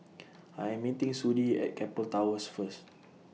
I Am meeting Sudie At Keppel Towers First